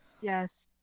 Yes